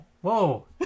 Whoa